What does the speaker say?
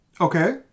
Okay